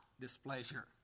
displeasure